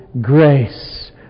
grace